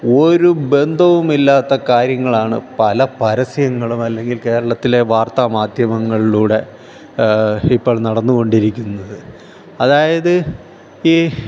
ഒരു ബന്ധവുമില്ലാത്ത കാര്യങ്ങളാണ് പല പരസ്യങ്ങളും അല്ലെങ്കിൽ കേരളത്തിലെ വാർത്താ മാധ്യമങ്ങളിലൂടെ ഇപ്പോൾ നടന്നു കൊണ്ടിരിക്കുന്നത് അതായത് ഈ